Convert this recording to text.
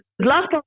last